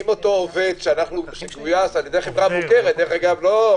אם אותו עובד שגויס על ידי חברה מוכרת דרך אגב --- לא,